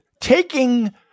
taking